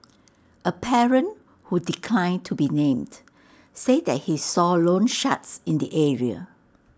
A parent who declined to be named said that he saw loansharks in the area